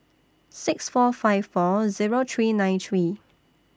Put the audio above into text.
six four five four Zero three nine three